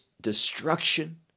destruction